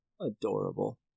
Adorable